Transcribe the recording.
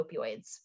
opioids